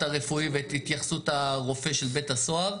הרפואי ואת התייחסות הרופא של בית הסוהר,